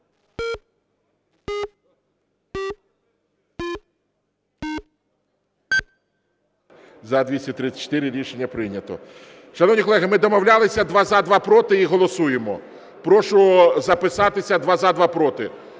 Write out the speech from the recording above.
За-234 Рішення прийнято. Шановні колеги, ми домовлялися: два – за, два – проти. І голосуємо. Прошу записатися: два – за, два – проти.